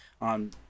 on